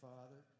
Father